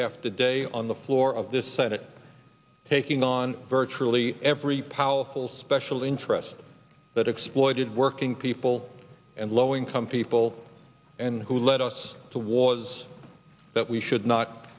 after day on the floor of this senate taking on virtually every powerful special interest that exploited working people and low income people and who led us to was that we should not